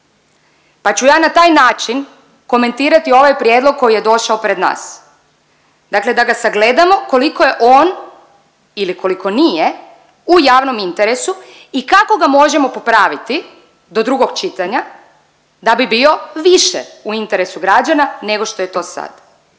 pa ću ja na taj način komentirati ovaj prijedlog koji je došao pred nas. Dakle, da ga sagledamo koliko je on ili koliko nije u javnom interesu i kako ga možemo popraviti do drugog čitanja da bi bio više u interesu građana nego što je to sad.